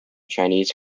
chinese